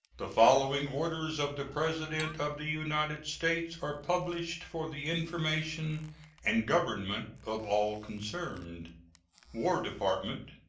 the following orders of the president of the united states are published for the information and government of all concerned war department,